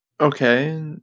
Okay